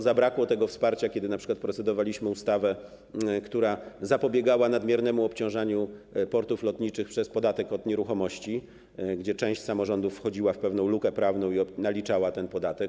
Zabrakło tego wsparcia, kiedy np. procedowaliśmy nad ustawą, która zapobiegała nadmiernemu obciążaniu portów lotniczych ze względu na podatek od nieruchomości, bo część samorządów wchodziła w pewną lukę prawną i naliczała podatek.